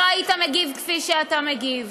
לא היית מגיב כפי שאתה מגיב.